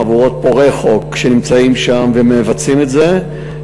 חבורות פורעי חוק שנמצאים שם ומבצעים את זה,